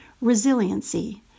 Resiliency